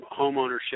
homeownership